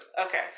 Okay